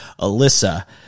Alyssa